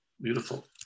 Beautiful